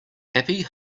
happy